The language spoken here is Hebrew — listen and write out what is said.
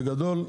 בגדול,